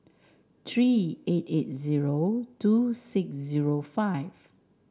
three eight eight zero two six zero five